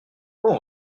quand